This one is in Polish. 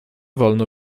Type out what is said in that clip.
wolno